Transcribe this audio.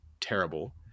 terrible